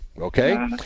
Okay